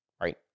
right